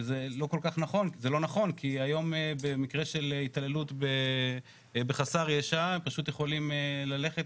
שזה לא נכון כי היום במקרה של התעללות בחסר ישע פשוט יכולים ללכת,